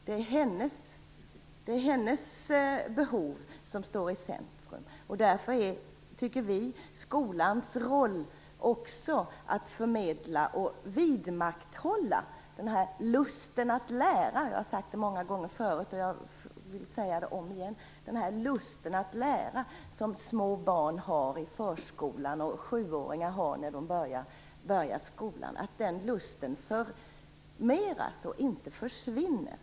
Det är hennes behov som står i centrum, och därför tycker vi i Folkpartiet att det också är skolans roll att förmedla och vidmakthålla den lust att lära - jag har sagt det här många gånger förut, och jag vill säga det om igen - som små barn har i förskolan och som sjuåringar har när de börjar skolan. Skolan skall se till att den lusten förstärks och inte försvinner.